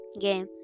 game